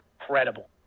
incredible